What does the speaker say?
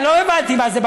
אני לא הבנתי מה זה,